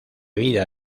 vida